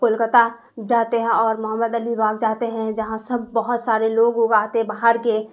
کولکاتہ جاتے ہیں اور محمد علی باغ جاتے ہیں جہاں سب بہت سارے لوگ ووگ آتے باہر کے